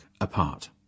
apart